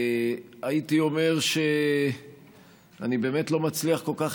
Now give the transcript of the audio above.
הייתי אומר שאני באמת לא מצליח כל כך